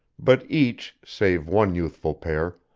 but each, save one youthful pair,